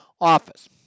office